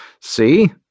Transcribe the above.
See